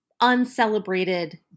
uncelebrated